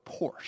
Porsche